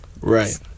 Right